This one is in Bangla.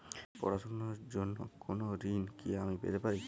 পড়াশোনা র জন্য কোনো ঋণ কি আমি পেতে পারি?